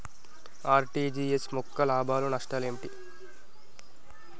RTGS యొక్క లాభాలు నష్టాలు ఏమిటి?